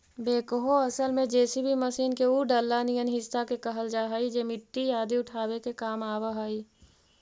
backhoe असल में JCB machine के उ डला निअन हिस्सा के कहल जा हई जे मट्टी आदि उठावे के काम आवऽ हई